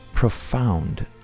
Profound